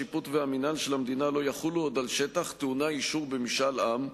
השיפוט והמינהל של המדינה לא יחולו עוד על שטח טעונה אישור במשאל עם,